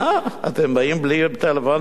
מה, אתם באים בלי טלפונים?